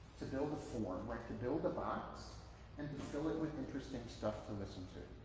to build a form, like to build a box and to fill it with interesting stuff to listen to.